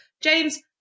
James